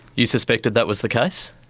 you suspected that was the case?